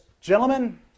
gentlemen